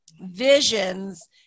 visions